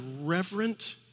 reverent